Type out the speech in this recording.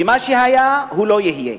שמה שהיה לא יהיה,